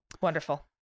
Wonderful